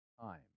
time